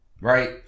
right